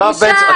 יואב בן צור.